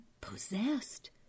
possessed